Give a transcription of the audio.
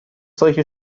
solche